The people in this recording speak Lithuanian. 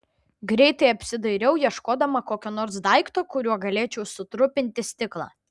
greitai apsidairiau ieškodama kokio nors daikto kuriuo galėčiau sutrupinti stiklą